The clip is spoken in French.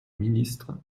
ministre